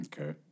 Okay